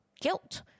guilt